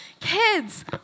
Kids